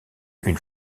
une